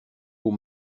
aux